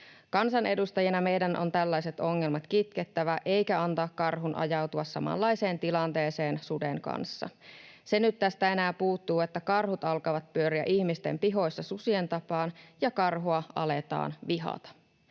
Kansanedustajina meidän on tällaiset ongelmat kitkettävä eikä pidä antaa karhun ajautua samanlaiseen tilanteeseen suden kanssa. Se nyt tästä enää puuttuu, että karhut alkavat pyöriä ihmisten pihoissa susien tapaan ja karhua aletaan vihata.